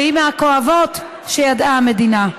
שהיא מהכואבות שידעה המדינה.